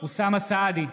אוסאמה סעדי,